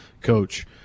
Coach